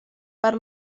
per